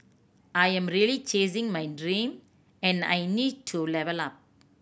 I am really chasing my dream and I need to level up